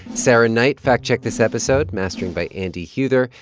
sarah knight fact-checked this episode. mastering by andy huether.